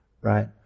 Right